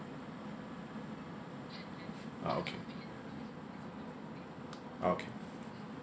ah okay okay